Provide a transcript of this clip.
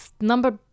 number